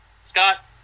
Scott